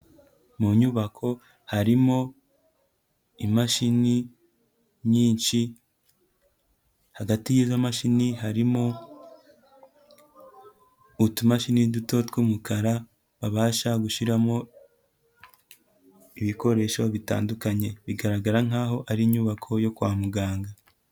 Mu nyubako harimo imashini nyinshi, hagati y'izo mashini harimo utumashini duto tw'umukara, babasha gushyiramo ibikoresho bitandukanye bigaragara nkaho ari inyubako yo kwa muganga.